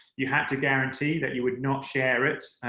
you had to guarantee that you would not share it,